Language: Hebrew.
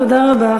תודה רבה.